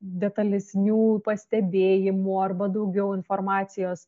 detalesnių pastebėjimų arba daugiau informacijos